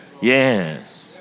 Yes